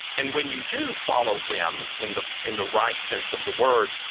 and when you do follow whim in the in the right sense of the word,